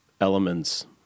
elements